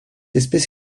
espèce